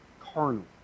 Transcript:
carnal